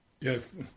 Yes